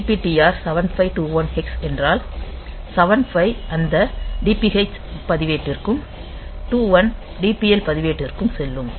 move DPTR 7521hex என்றால் 75 அந்த DPH பதிவேட்டிற்கும் 21 DPL பதிவேட்டிற்கும் செல்லும்